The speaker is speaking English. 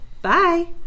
Bye